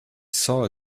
saw